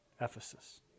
Ephesus